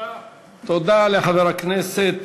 תודה לחבר הכנסת